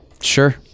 Sure